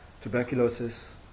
tuberculosis